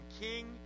king